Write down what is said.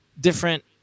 different